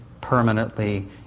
permanently